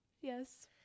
Yes